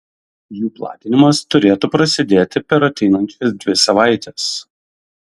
jų platinimas turėtų prasidėti per ateinančias dvi savaites